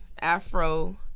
afro